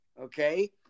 okay